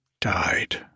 died